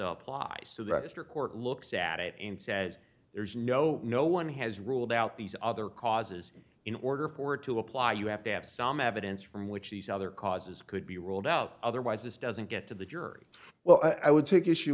applies to that mr court looks at it and says there's no no one has ruled out these other causes in order for it to apply you have to have some evidence from which these other causes could be ruled out otherwise this doesn't get to the jury well i would take issue